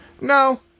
no